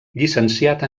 llicenciat